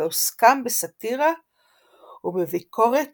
בעוסקם בסאטירה ובביקורת